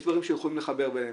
יש דברים שיכולים לחבר ביניהם,